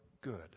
good